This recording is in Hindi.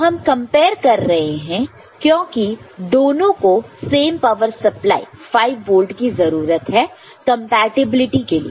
तो हम कंपेयर कर रहे हैं क्योंकि दोनों को सेम पावर सप्लाई 5 वोल्ट की जरूरत है कंपैटिबिलिटी के लिए